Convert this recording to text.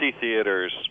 Theaters